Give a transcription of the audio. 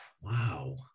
Wow